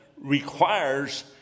requires